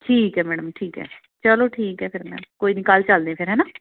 ਠੀਕ ਹੈ ਮੈਡਮ ਠੀਕ ਹੈ ਚਲੋ ਠੀਕ ਹੈ ਫਿਰ ਮੈਮ ਕੋਈ ਨਹੀ ਕੱਲ੍ਹ ਚਲਦੇ ਫਿਰ ਹੈ ਨਾ